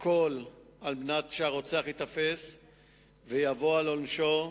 הכול, על מנת שהרוצח ייתפס ויבוא על עונשו.